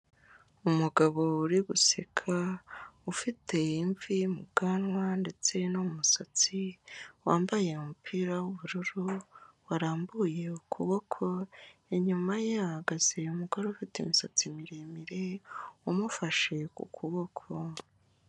Umugabo uri guseka, ufite imvi mu bwanwa ndetse no mu musatsi, wambaye umupira w'ubururu, warambuye ukuboko, inyuma ye hahagaze umugore ufite imisatsi miremire, umufashe ku kuboko.